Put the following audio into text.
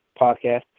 podcast